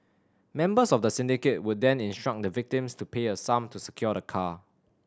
members of the syndicate would then instruct the victims to pay a sum to secure the car